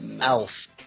Elf